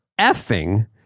effing